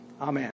Amen